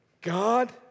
God